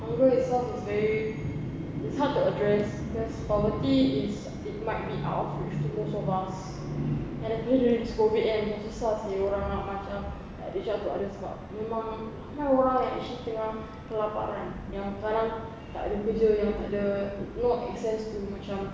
hunger itself is very it's hard to address because poverty is it might be out of reach to most of us and especially during this COVID eh macam susah seh orang nak macam macam nak dicakap ada sebab memang now orang eh actually tengah kelaparan yang kadang tak ada kerja yang tak ada no access to macam